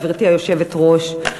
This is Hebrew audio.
גברתי היושבת-ראש,